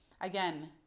again